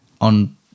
on